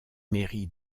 mairie